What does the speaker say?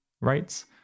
rights